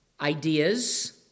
ideas